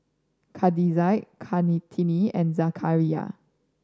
Khadija Kartini and Zakaria